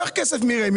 קח כסף מרמ"י.